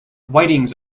whitings